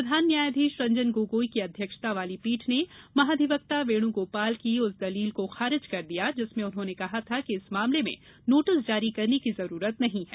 प्रधान न्यायाधीश रंजन गोगोई की अध्यक्षता वाली पीठ ने महाधिवक्ता वेणुगोपाल की उस दलील को खारिज कर दिया जिसमें उन्होंने कहा था कि इस मामले में नोटिस जारी करने की जरूरत नहीं है